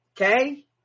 okay